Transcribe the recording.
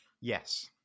yes